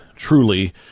truly